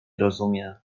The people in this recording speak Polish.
rozumie